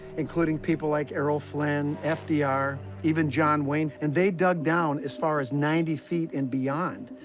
including people like errol flynn, fdr, even john wayne. and they dug down as far as ninety feet and beyond,